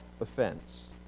offense